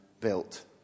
built